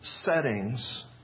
settings